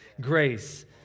grace